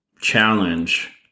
challenge